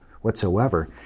whatsoever